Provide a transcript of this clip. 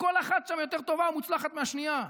כל אחת שם יותר טובה ומוצלחת מהשנייה,